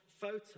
photo